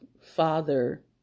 father